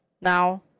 Now